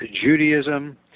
Judaism